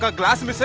glass of